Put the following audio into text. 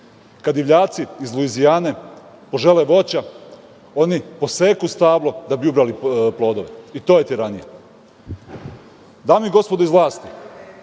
„Kad divljaci iz Luzijane požele voća oni poseku stablo da bi ubrali plodove“. To je tiranija. Dame i gospodo iz vlasti,